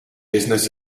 business